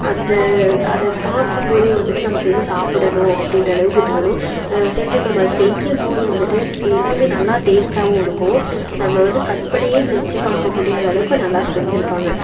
அந்த அதை பார்க்கும் போதே வந்துட்டு நம்ம செஞ்சு சாப்பிடணும் அப்படின்ற அளவுக்கு தோணும் சேம் டைம் நம்ம அதை செய்யும் போது வந்துட்டு இன்னுமே நல்லா டேஸ்ட்டாகவும் இருக்கும் நம்ம வந்து கற்பனையே செஞ்சு பார்க்க முடியாத அளவுக்கு நல்லா செஞ்சுருப்பாங்க